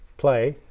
play